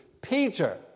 Peter